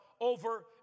over